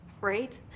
Right